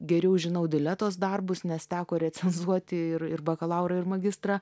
geriau žinau diletos darbus nes teko recenzuoti ir ir bakalaurą ir magistrą